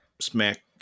smack